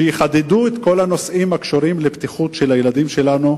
שיחדדו את כל הנושאים הקשורים לבטיחות של הילדים שלנו,